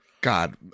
God